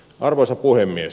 arvoisa puhemies